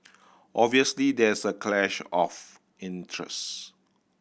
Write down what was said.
obviously there is a clash of interest